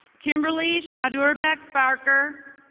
kimberly schorbeck parker,